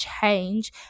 change